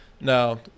Now